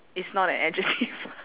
it's not an adjective